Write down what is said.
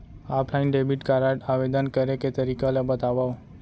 Offline debit card आवेदन करे के तरीका ल बतावव?